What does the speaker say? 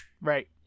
Right